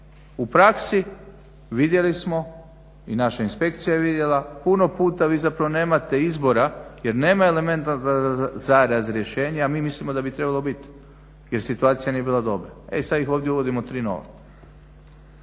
U praksi vidjeli smo i naša inspekcija je vidjela, puno puta vi zapravo nemate izbora jer nema elemenata za razrješenje a mi mislimo da bi trebalo bit, jer situacija nije bila dobra. E sad ih ovdje uvodimo 3 nova.